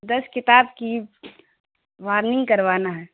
دس کتاب کی وارننگ کروانا ہے